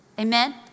amen